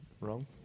wrong